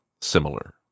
similar